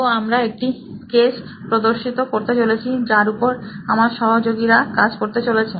তো আমরা একটি কেস প্রদর্শিত করতে চলেছি যার উপর আমার সহযোগীরা কাজ করতে চলেছেন